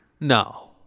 No